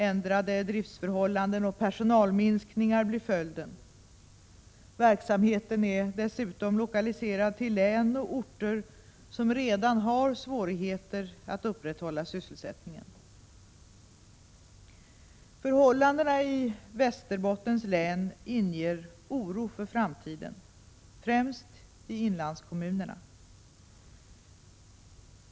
Ändrade driftsförhållanden och personalminskningar blir följden. Verksamheten är dessutom lokaliserad till län och orter som redan har svårt att upprätthålla sysselsättningen. Förhållandena i Västerbottens län inger oro för framtiden, främst i inlandskommunerna.